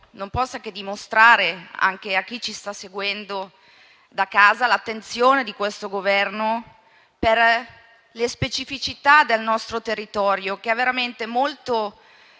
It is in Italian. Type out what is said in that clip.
non possa che dimostrare anche a chi ci sta seguendo da casa l'attenzione di questo Governo per le specificità del nostro territorio, che è veramente molto